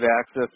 access